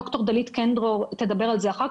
ד"ר דלית קן-דרור תדבר על זה אחר כך,